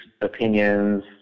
opinions